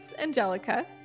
Angelica